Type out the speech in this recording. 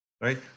right